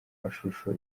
amashusho